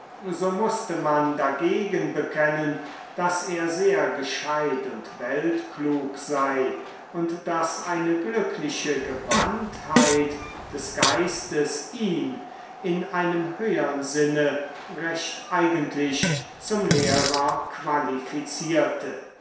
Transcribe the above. so mußte man dagegen bekennen daß er sehr gescheit und weltklug sei und daß eine glückliche gewandtheit des geistes ihn in einem höhern sinne recht eigentlich zum lehrer qualifiziere